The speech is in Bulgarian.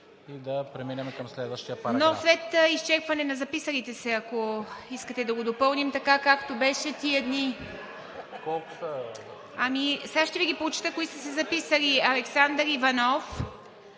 и да преминем към следващия параграф.